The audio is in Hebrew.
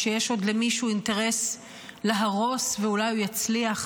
שיש עוד למישהו אינטרס להרוס ואולי הוא יצליח.